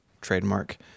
trademark